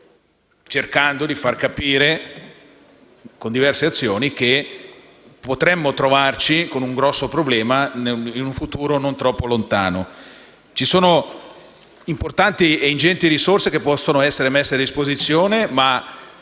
cercando di far capire con diverse azioni che potremmo trovarci con un grosso problema in un futuro non troppo lontano. Ci sono importanti e ingenti risorse che possono essere messe a disposizione, ma